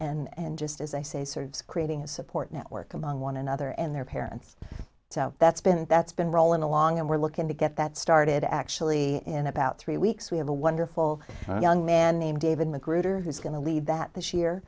confidence and just as i say serves creating a support network among one another and their parents so that's been that's been rolling along and we're looking to get that started actually in about three weeks we have a wonderful young man named david magruder who's going to lead that this year